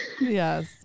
yes